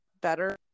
better